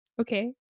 Okay